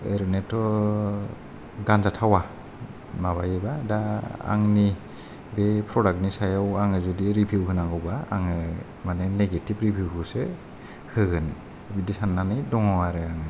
ओरैनोथ' गानजा थाववा माबायोबा दा आंनि बे फ्रदाक्टनि सायाव आङो जुदि रिबिउ हो नांगौबा आङो माने नेगेथिब रिबिउखौसो होगोन बिदि साननानै दङ आरो आङो